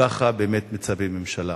כך באמת מצפים מממשלה.